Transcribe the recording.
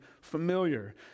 familiar